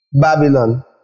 Babylon